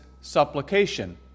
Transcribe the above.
supplication